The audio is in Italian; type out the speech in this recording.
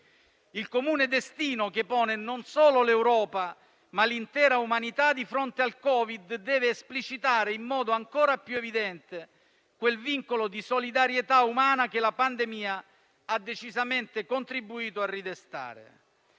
Il comune destino, che pone non solo l'Europa, ma l'intera umanità di fronte al Covid-19, deve esplicitare, in modo ancora più evidente, quel vincolo di solidarietà umana che la pandemia ha decisamente contribuito a ridestare,